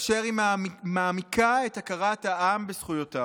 באשר היא מעמיקה את הכרת העם בזכויותיו.